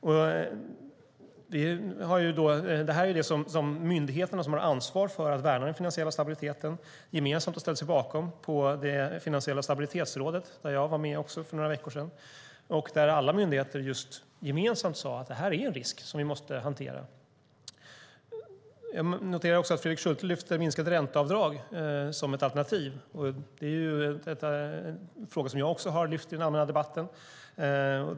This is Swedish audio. Detta är vad myndigheterna som har ansvar för att värna den finansiella stabiliteten gemensamt har ställt sig bakom på det finansiella stabilitetsrådet för några veckor sedan där också jag var med. Alla myndigheter sa gemensamt: Detta är en risk som vi måste hantera. Jag noterar också att Fredrik Schulte lyfter fram minskade ränteavdrag som ett alternativ. Det är en fråga som också jag har lyft fram i den allmänna debatten.